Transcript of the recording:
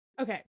Okay